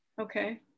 Okay